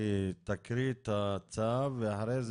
היא תקריא את הצו ואחר כך